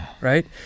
right